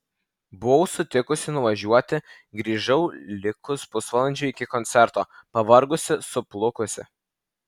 buvau sutikusi nuvažiuoti grįžau likus pusvalandžiui iki koncerto pavargusi suplukusi